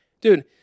dude